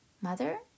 mother